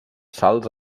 salts